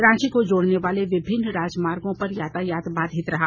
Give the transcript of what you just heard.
रांची को जोड़ने वाले विभिन्न राजमार्गो पर यातायात बाधित रहा